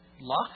luck